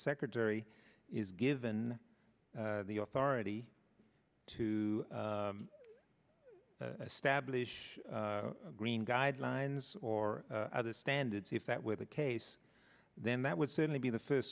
secretary is given the authority to stablish green guidelines or other standards if that were the case then that would certainly be the first